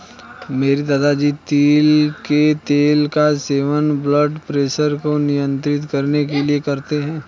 मेरे दादाजी तिल के तेल का सेवन ब्लड प्रेशर को नियंत्रित करने के लिए करते हैं